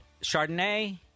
Chardonnay